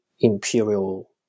imperial